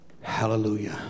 Hallelujah